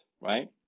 right